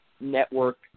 network